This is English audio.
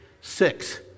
Six